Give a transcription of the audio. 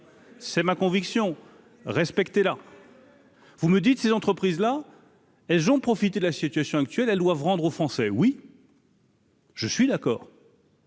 c'est ma conviction respecter là. Vous me dites, ces entreprises là, elles ont profité de la situation actuelle, elles doivent rendre aux français oui. Je suis d'accord.